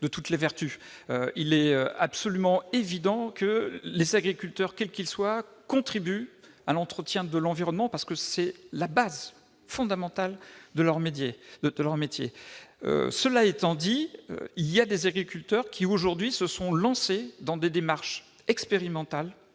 il est absolument évident que les agriculteurs, quels qu'ils soient, contribuent à l'entretien de l'environnement, parce que c'est la base fondamentale de leur métier. Cela étant dit, certains d'entre eux se sont lancés dans des démarches expérimentales